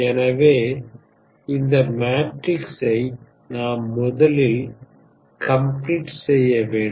எனவே இந்த மேட்ரிக்ஸை நாம் முதலில் கம்ப்ளீட் செய்ய வேண்டும்